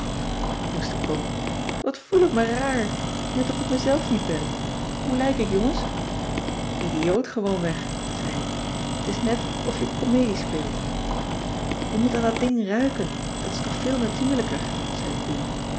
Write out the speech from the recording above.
wat voel ik me raar net of ik mezelf niet ben hoe lijk ik jongens idioot gewoonweg zei ik t is net of je comedie speelt je moet aan dat ding ruiken dat is toch veel natuurlijker zei pien